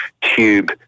tube